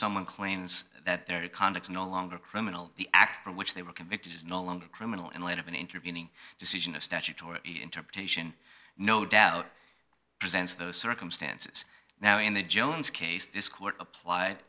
someone claims that their conduct no longer criminal the act for which they were convicted is no longer criminal in light of an intervening decision of statutory interpretation no doubt presents those circumstances now in the jones case this court applied